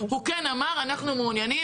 הוא כן אמר: אנחנו מעוניינים,